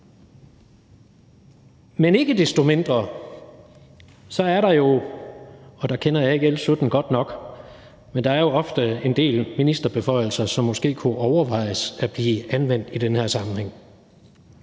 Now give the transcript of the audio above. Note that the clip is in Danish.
Men ikke desto mindre er der jo – og der kender jeg ikke L 17 godt nok – ofte en del ministerbeføjelser, som det måske kunne overvejes bliver anvendt i den her sammenhæng.